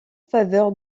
faveur